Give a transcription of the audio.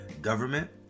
government